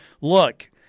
Look